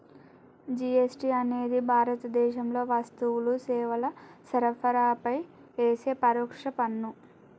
GST అనేది భారతదేశంలో వస్తువులు, సేవల సరఫరాపై యేసే పరోక్ష పన్ను